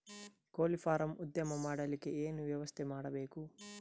ಕೋಳಿ ಫಾರಂ ಉದ್ಯಮ ಮಾಡಲಿಕ್ಕೆ ಏನು ವ್ಯವಸ್ಥೆ ಮಾಡಬೇಕು?